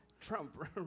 Trump